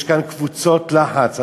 יש כאן קבוצות לחץ.